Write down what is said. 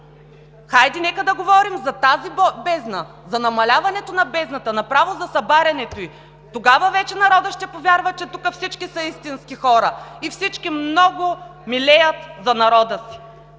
Хайде, нека да говорим за тази бездна, за намаляването на бездната, направо за събарянето ѝ. Тогава вече народът ще повярва, че тук всички са истински хора и всички много милеят за народа си.